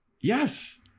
Yes